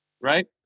right